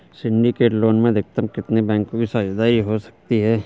Syndicate loan में अधिकतम कितने बैंकों की साझेदारी हो सकती है?